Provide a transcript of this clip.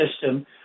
system